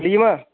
ବୁଲିଯିମା